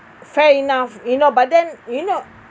fair enough you know but then you know